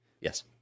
Yes